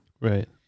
right